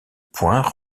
points